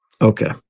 Okay